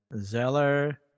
Zeller